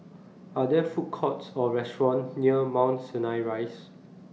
Are There Food Courts Or restaurants near Mount Sinai Rise